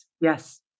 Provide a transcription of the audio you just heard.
Yes